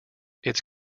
its